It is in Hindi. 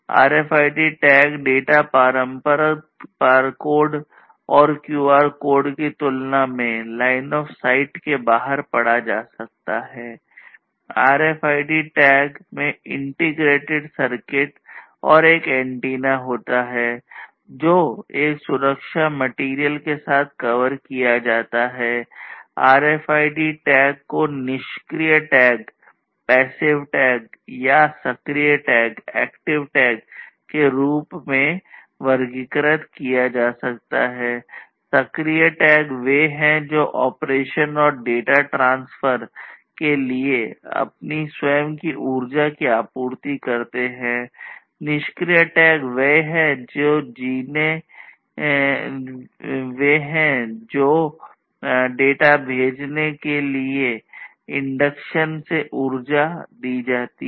आरएफआईडी टैग से ऊर्जा दी जाती है